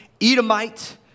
Edomite